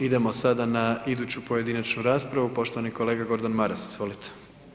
Idemo sada na iduću pojedinačnu raspravu, poštovani kolega Gordan Maras, izvolite.